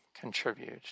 contribute